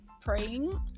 praying